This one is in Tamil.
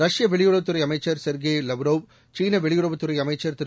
ரஷ்ய வெளியுறவுத் துறைஅமைச்சர் செர்கெய் லவ்ரோவ் சீனவெளியுறவுத் துறைஅமைச்சர் திரு